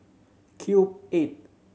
Cube Eight